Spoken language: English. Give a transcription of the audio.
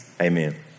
Amen